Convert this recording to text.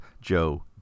Joe